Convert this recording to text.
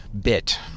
bit